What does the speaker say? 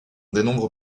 dénombre